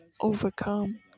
overcome